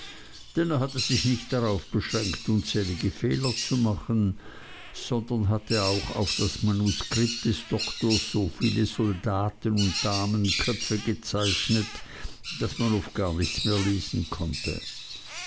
denn er hatte sich nicht darauf beschränkt unzählige fehler zu machen sondern hatte auch auf das manuskript des doktors so viele soldaten und damenköpfe gezeichnet daß man oft gar nichts mehr lesen konnte